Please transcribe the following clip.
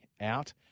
out